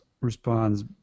responds